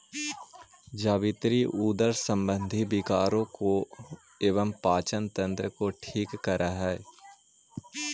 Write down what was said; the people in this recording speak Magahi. जावित्री उदर संबंधी विकारों को एवं पाचन तंत्र को ठीक करअ हई